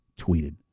tweeted